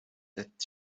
that